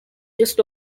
just